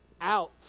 out